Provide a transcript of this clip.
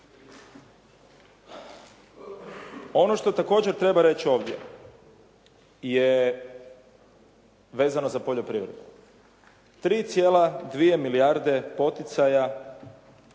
Ono što također treba reći ovdje je vezano za poljoprivredu. 3,2 milijarde poticaja,